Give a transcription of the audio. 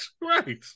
right